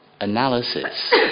analysis